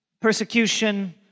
persecution